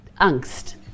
angst